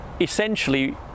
essentially